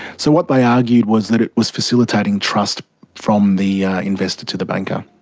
so what they argued was that it was facilitating trust from the investor to the banker.